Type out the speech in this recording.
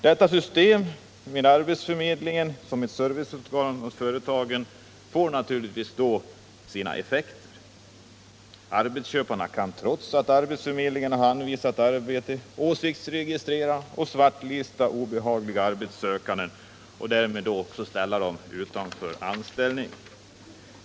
Detta system, med arbetsförmedlingen som serviceorgan åt företagen, får naturligtvis sina effekter. Arbetsköparna kan trots att arbetsförmedlingen har anvisat arbete, åsiktsregistrera och svartlista obehagliga arbetssökande och därmed ställa dem utanför anställning.